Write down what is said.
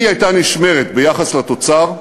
אם היא הייתה נשמרת ביחס לתוצר,